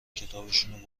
کتابشونو